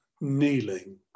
Kneeling